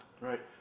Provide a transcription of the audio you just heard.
Right